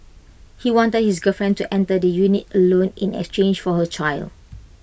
he wanted his girlfriend to enter the unit alone in exchange for her child